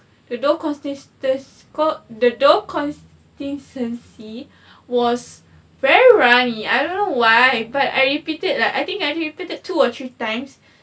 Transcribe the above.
the dough con~ this thus call the dough consistency was very runny I don't know why but I repeated like I think I repeated two or three times